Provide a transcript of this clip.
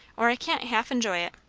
or i can't half enjoy it.